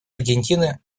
аргентины